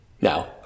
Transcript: Now